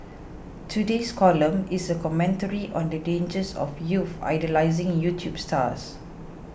today's column is a commentary on the dangers of youths idolising YouTube stars